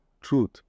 truth